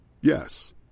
Yes